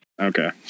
Okay